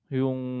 yung